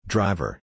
Driver